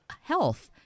health